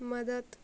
मदत